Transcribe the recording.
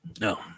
No